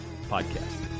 Podcast